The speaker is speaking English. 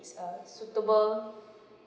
a suitable